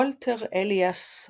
וולטר אליאס "וולט"